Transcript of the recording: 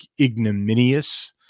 ignominious